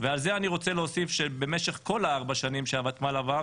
ועל זה אני רוצה להוסיף שבמשך כל ארבע השנים שהוותמ"ל עבדה,